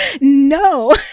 No